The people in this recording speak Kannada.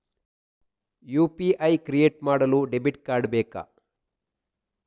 ಯು.ಪಿ.ಐ ಕ್ರಿಯೇಟ್ ಮಾಡಲು ಡೆಬಿಟ್ ಕಾರ್ಡ್ ಬೇಕಾ?